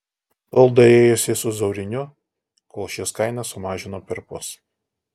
tol derėjosi su zauriniu kol šis kainą sumažino perpus